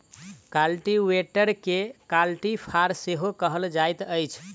कल्टीवेटरकेँ कल्टी फार सेहो कहल जाइत अछि